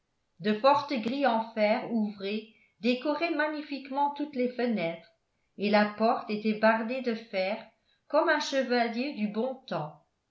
de fortes grilles en fer ouvré décoraient magnifiquement toutes les fenêtres et la porte était bardée de fer comme un chevalier du bon temps